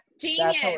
genius